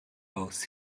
both